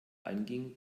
einging